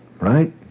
right